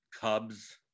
Cubs